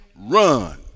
run